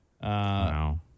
Wow